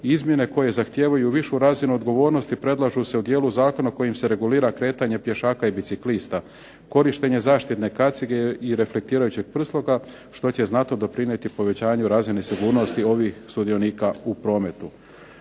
izmjene koje zahtijevaju višu razinu odgovornosti predlažu se u dijelu zakonu kojim se regulira kretanje pješaka i biciklista. Korištenje zaštitne kacige i reflektirajućeg prsluka što će znatno doprinijeti povećanju razine sigurnosti ovih sudionika u prometu.